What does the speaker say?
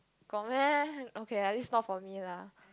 got meh okay at least not for me lah